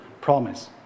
promise